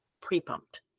pre-pumped